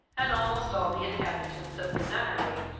and almost all the inhabitants of the nunnery,